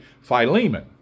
Philemon